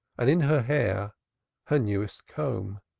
and in her hair her newest comb.